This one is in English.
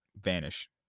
vanish